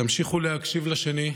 תמשיכו להקשיב לשני.